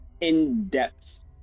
in-depth